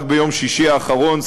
רק ביום שישי האחרון,